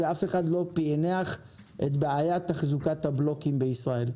ואף אחד לא פענח את בעיית תחזוקת הבלוקים בישראל.